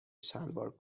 شلوار